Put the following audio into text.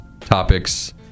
topics